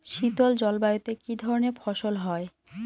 শীতল জলবায়ুতে কি ধরনের ফসল হয়?